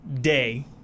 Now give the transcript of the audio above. day